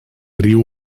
riu